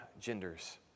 genders